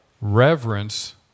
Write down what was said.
reverence